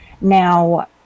Now